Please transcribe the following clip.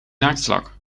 naaktslak